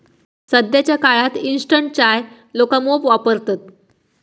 सध्याच्या काळात इंस्टंट चाय लोका मोप वापरतत